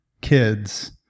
kids